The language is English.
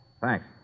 Thanks